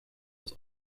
was